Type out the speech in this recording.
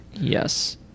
yes